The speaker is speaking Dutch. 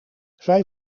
zij